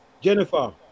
Jennifer